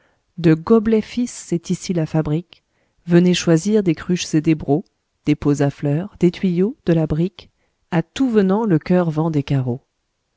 de goblet fils c'est ici la fabrique venez choisir des cruches et des brocs des pots à fleurs des tuyaux de la brique à tout venant le coeur vend des carreaux